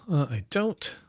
i don't,